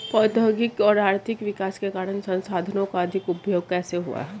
प्रौद्योगिक और आर्थिक विकास के कारण संसाधानों का अधिक उपभोग कैसे हुआ है?